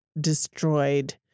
destroyed